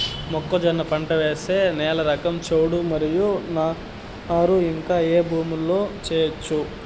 మొక్కజొన్న పంట వేసే నేల రకం చౌడు మరియు నారు ఇంకా ఏ భూముల్లో చేయొచ్చు?